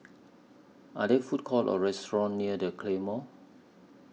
Are There Food Courts Or restaurants near The Claymore